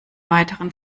weiteren